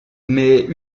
mais